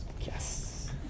Yes